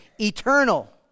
eternal